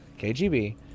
KGB